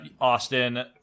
Austin